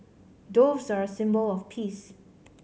doves are a symbol of peace